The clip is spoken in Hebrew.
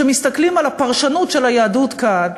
שמסתכלים על הפרשנות של היהדות כאן,